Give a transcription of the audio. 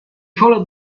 followed